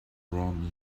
around